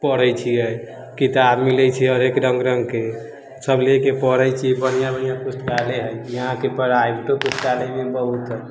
पढ़ै छियै किताब मिलै छै हरेक रङ्ग रङ्गके सब लेके पढ़ै छियै बढ़िआँ बढ़िआँ पुस्तकालय है यहाँके पढ़ाई प्राइवेटो पुस्तकालय भी बहुत है